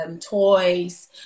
toys